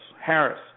Harris